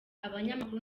abanyamakuru